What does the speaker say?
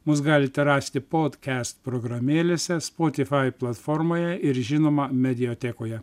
mūsų galite rasti podkest programėlėse spotifai platformoje ir žinoma mediatekoje